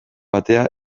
atea